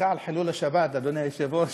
סליחה על חילול השבת, אדוני היושב-ראש: